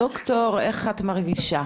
ד"ר איך את מרגישה?